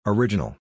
Original